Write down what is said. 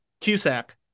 Cusack